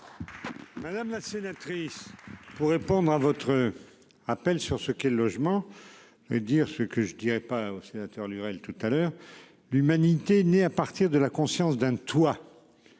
Madame la sénatrice. Pour répondre à votre appel sur ce qu'est le logement. Je dire ce que je dirais pas aux sénateurs Lurel tout à l'heure d'humanité. Née à partir de la conscience d'un toit.